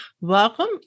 welcome